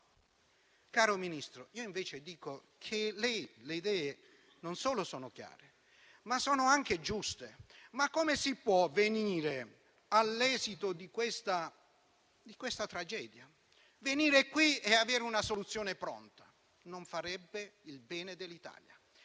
Caro Ministro, io invece dico che le sue idee non solo sono chiare, ma sono anche giuste. Come si può venire qui, all'esito di questa tragedia, e avere una soluzione pronta? Non farebbe il bene dell'Italia.